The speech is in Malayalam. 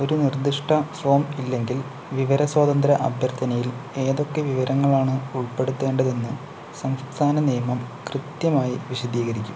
ഒരു നിർദ്ദിഷ്ട ഫോം ഇല്ലെങ്കിൽ വിവര സ്വാതന്ത്ര്യ അഭ്യർത്ഥനയിൽ ഏതൊക്കെ വിവരങ്ങളാണ് ഉൾപ്പെടുത്തേണ്ടതെന്ന് സംസ്ഥാന നിയമം കൃത്യമായി വിശദീകരിക്കും